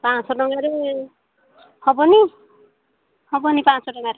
ପାଞ୍ଚଶହ ଟଙ୍କାରେ ହବନି ହବନି ପାଞ୍ଚଶହ ଟଙ୍କାରେ